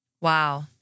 Wow